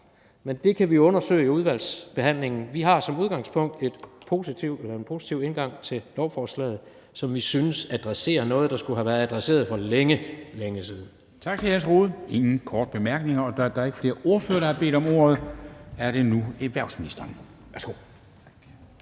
men det kan vi undersøge i udvalgsbehandlingen. Vi har som udgangspunkt en positiv indgang til lovforslaget, som vi synes adresserer noget, der skulle have været adresseret for længe, længe siden.